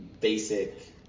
basic